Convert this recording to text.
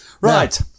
Right